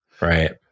Right